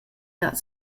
dat